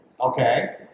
Okay